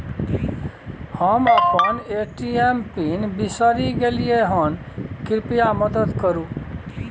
हम अपन ATM PIN बिसरि गलियै हन, कृपया मदद करु